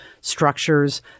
structures